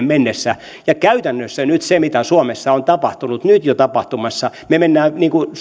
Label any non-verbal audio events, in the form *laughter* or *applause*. *unintelligible* mennessä ja käytännössä nyt se mitä suomessa on jo tapahtumassa on että me menemme